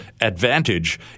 advantage